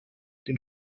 den